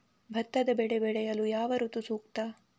ಭತ್ತದ ಬೆಳೆ ಬೆಳೆಯಲು ಯಾವ ಋತು ಸೂಕ್ತ?